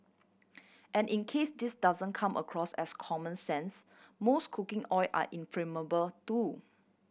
and in case this doesn't come across as common sense most cooking oil are inflammable too